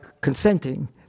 consenting